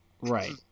Right